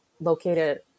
located